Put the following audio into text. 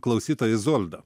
klausytoja izolda